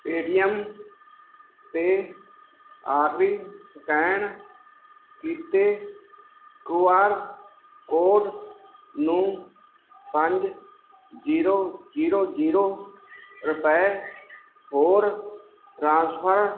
Paytm 'ਤੇ ਆਖਰੀ scan ਕੀਤੇ ਕੁ ਆਰ ਕੋਡ ਨੂੰ ਪੰਜ ਜ਼ੀਰੋ ਜ਼ੀਰੋ ਜ਼ੀਰੋ ਰੁਪਏ ਹੋਰ ਟ੍ਰਾਂਸਫਰ